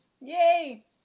Yay